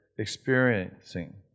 experiencing